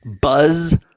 buzz